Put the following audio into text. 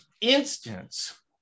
instance